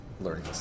learning